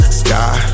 sky